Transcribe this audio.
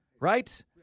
right